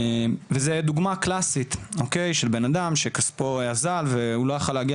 וזאת דוגמה קלאסית של בן אדם שכספו אזל והוא לא היה יכול להגיע